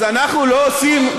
אז אנחנו לא עושים,